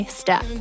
step